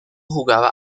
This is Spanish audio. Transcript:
jugaba